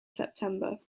september